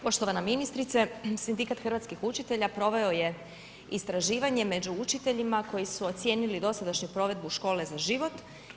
Poštovana ministrice, sindikat hrvatskih učitelja, proveo je istraživanje, među učiteljima, koji su ocijenili dosadašnju provedbu škole za život.